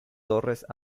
torres